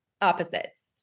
opposites